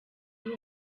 uri